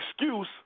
excuse